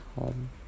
home